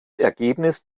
ergebnis